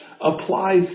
applies